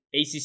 ACC